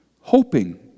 hoping